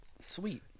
Sweet